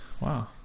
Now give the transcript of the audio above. Wow